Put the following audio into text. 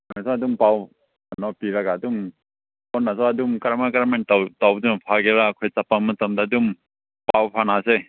ꯅꯣꯏꯁꯨ ꯑꯗꯨꯝ ꯄꯥꯎ ꯀꯩꯅꯣ ꯄꯤꯔꯒ ꯑꯗꯨꯝ ꯐꯣꯟꯗꯁꯨ ꯑꯗꯨꯝ ꯀꯔꯝꯃꯥꯏ ꯀꯔꯝ ꯍꯥꯏꯅ ꯇꯧꯕꯗꯨꯅ ꯐꯒꯦꯔꯥ ꯑꯩꯈꯣꯏ ꯆꯠꯄ ꯃꯇꯝꯗ ꯑꯗꯨꯝ ꯄꯥꯎ ꯐꯥꯎꯅꯁꯦ